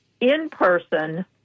in-person